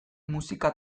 musika